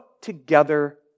together